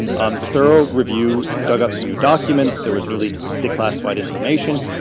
um the thorough review dug up some new documents, there was newly declassified information.